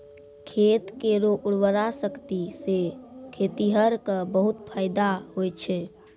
खेत केरो उर्वरा शक्ति सें खेतिहर क बहुत फैदा होय छै